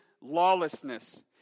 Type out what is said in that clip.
lawlessness